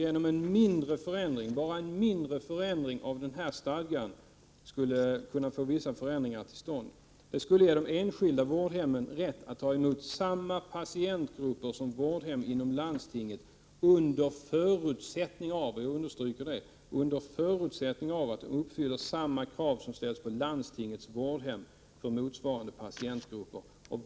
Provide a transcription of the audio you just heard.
Genom en mindre ändring av stadgan skulle vi kunna få förändringar till stånd. Det skulle ge enskilda vårdhem rätt att ta emot samma patientgrupper som vårdhemmen inom landstinget under förutsättning — det vill jag understryka — att dessa uppfyller samma krav som ställs på landstingets vårdhem när det gäller motsvarande patientgrupper.